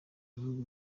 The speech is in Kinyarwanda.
ibihugu